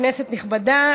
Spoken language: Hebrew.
כנסת נכבדה,